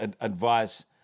advice